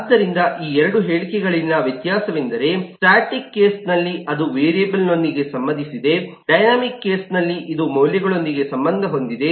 ಆದ್ದರಿಂದ ಈ 2 ಹೇಳಿಕೆಗಳಲ್ಲಿನ ವ್ಯತ್ಯಾಸವೆಂದರೆ ಸ್ಟಾಟಿಕ್ ಕೇಸ್ನಲ್ಲಿ ಅದು ವೇರಿಯೇಬಲ್ನೊಂದಿಗೆ ಸಂಬಂಧಿಸಿದೆ ಡೈನಾಮಿಕ್ ಕೇಸ್ನಲ್ಲಿ ಇದು ಮೌಲ್ಯಗಳೊಂದಿಗೆ ಸಂಬಂಧ ಹೊಂದಿದೆ